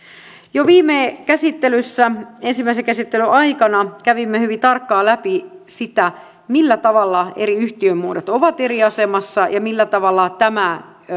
jo viime käsittelyssä ensimmäisen käsittelyn aikana kävimme hyvin tarkkaan läpi sitä millä tavalla eri yhtiömuodot ovat eri asemassa ja millä tavalla tämä